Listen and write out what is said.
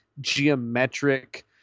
geometric